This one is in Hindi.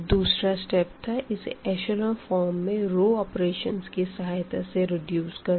दूसरा स्टेप था इसे एशलों फॉर्म में रो ऑपरेशंस की सहायता से रिड्यूस करना